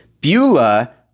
beulah